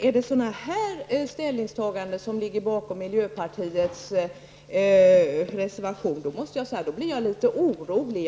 Om det är sådana ställningstaganden som ligger bakom miljöpartiets reservation, blir jag litet orolig.